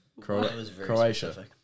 Croatia